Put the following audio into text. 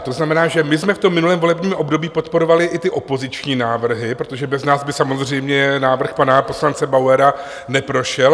To znamená, že my jsme v minulém volebním období podporovali i opoziční návrhy, protože bez nás by samozřejmě návrh pana poslance Bauera neprošel.